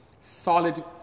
solid